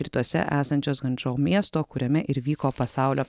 rytuose esančios gančau miesto kuriame ir vyko pasaulio